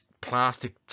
plastic